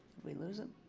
we lose him?